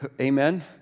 Amen